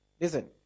Listen